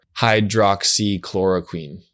hydroxychloroquine